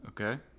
Okay